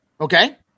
okay